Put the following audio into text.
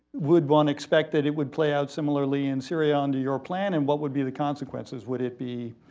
would one expect that it would play out similarly in syria under your plan? and what would be the consequences? would it be,